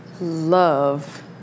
Love